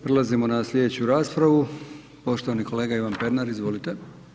Prelazimo na slijedeću raspravu, poštovani kolega Ivan Pernar, izvolite.